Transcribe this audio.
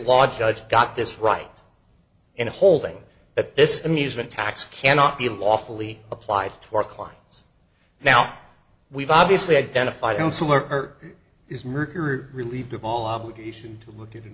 law judge got this right in holding that this amusement tax cannot be lawfully applied to our clients now we've obviously identified no sooner is mercury relieved of all obligation to look at